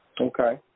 Okay